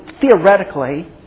theoretically